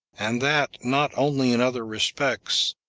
and that, not only in other respects,